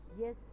yes